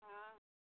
हँ